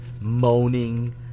moaning